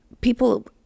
people